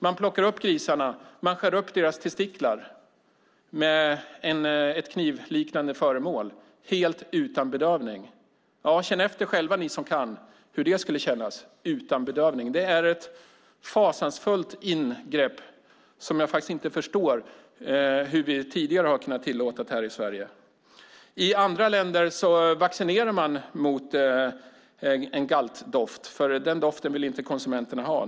Man plockar upp grisarna och skär upp deras testiklar med ett knivliknande föremål helt utan bedövning. Känn efter själva, ni som kan, hur det skulle kännas! Det är ett fasansfullt ingrepp som jag faktiskt inte förstår hur vi tidigare har kunnat tillåta här i Sverige. I andra länder vaccinerar man mot galtdoften, för den doften vill inte konsumenterna ha.